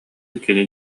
кини